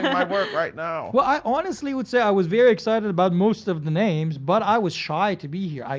my work right now. well i honestly would say i was very excited about most of the names, but i was shy to be here.